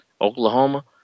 Oklahoma